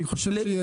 אני חושב שיש.